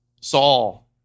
Saul